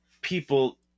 people